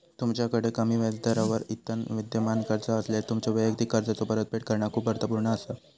तुमच्याकड कमी व्याजदरावर इतर विद्यमान कर्जा असल्यास, तुमच्यो वैयक्तिक कर्जाचो परतफेड करणा खूप अर्थपूर्ण असा